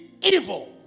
evil